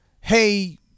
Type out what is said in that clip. hey